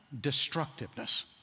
destructiveness